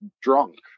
drunk